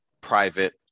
private